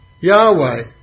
Yahweh